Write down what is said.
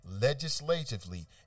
legislatively